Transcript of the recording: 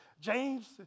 James